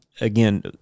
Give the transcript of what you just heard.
again